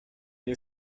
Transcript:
nie